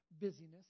Busyness